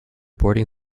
boarding